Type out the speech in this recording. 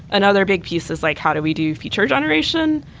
another big piece is like how do we do feature generation?